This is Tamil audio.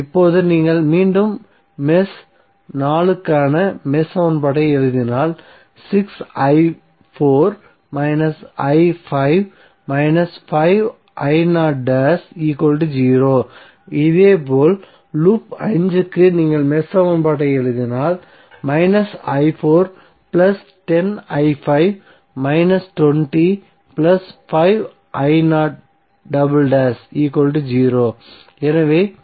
இப்போது நீங்கள் மீண்டும் மெஷ் 4 க்கான மெஷ் சமன்பாட்டை எழுதினால் இதேபோல் லூப் 5 க்கு நீங்கள் மெஷ் சமன்பாட்டை எழுதுவீர்கள் எனவே ஏன்